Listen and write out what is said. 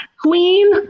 queen